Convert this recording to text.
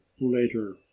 later